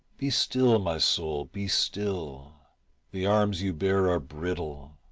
be still, my soul, be still the arms you bear are brittle,